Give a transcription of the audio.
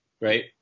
Right